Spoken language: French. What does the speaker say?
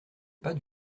pas